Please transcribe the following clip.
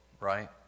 right